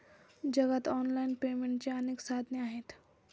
जगात ऑनलाइन पेमेंटची अनेक साधने आहेत